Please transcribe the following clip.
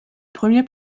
premier